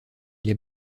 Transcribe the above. les